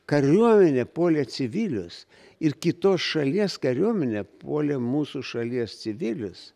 kariuomenė puolė civilius ir kitos šalies kariuomenė puolė mūsų šalies civilius